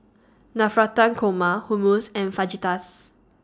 Navratan Korma Hummus and Fajitas